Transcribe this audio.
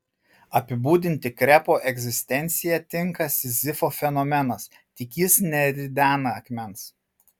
apibūdinti krepo egzistenciją tinka sizifo fenomenas tik jis neridena akmens